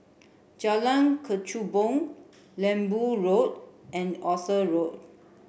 wvdxJalan Kechubong Lembu Road and Arthur Road